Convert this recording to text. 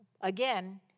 Again